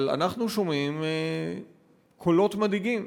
אבל אנחנו שומעים קולות מדאיגים,